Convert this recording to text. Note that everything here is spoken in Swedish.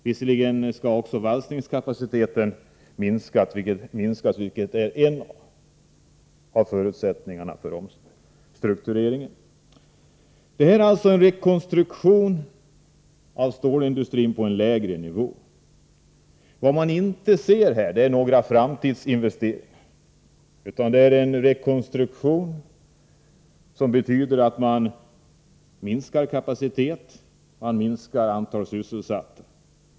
Visserligen skall också valsningskapaciteten minskas, vilket är en av förutsättningarna för omstruktureringen. Detta är alltså en rekonstruktion av stålindustrin på en lägre nivå. Vad man inte ser här är framtidsinvesteringar, utan det är en rekonstruktion som betyder att man minskar kapaciteten, minskar antalet sysselsatta.